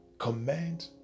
Command